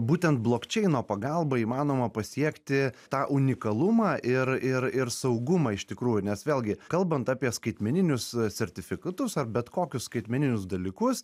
būtent blokčeino pagalba įmanoma pasiekti tą unikalumą ir ir ir saugumą iš tikrųjų nes vėlgi kalbant apie skaitmeninius sertifikatus ar bet kokius skaitmeninius dalykus